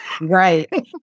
Right